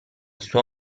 suo